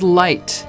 light